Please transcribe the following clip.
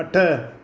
अठ